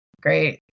great